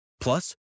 Plus